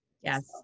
Yes